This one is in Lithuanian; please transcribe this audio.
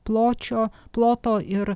pločio ploto ir